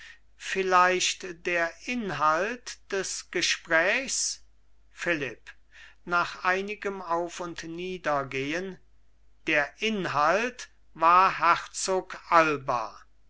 vielleicht der inhalt des gesprächs philipp nach einigem auf und niedergehen der inhalt war herzog alba